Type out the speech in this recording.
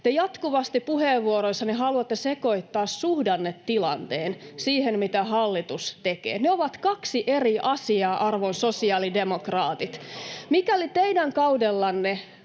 jatkuvasti puheenvuoroissanne haluatte sekoittaa suhdannetilanteen siihen, mitä hallitus tekee. Ne ovat kaksi eri asiaa, arvon sosiaalidemokraatit. Mikäli teidän kaudellanne